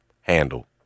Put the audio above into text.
handle